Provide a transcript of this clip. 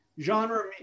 Genre